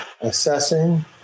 assessing